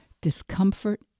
discomfort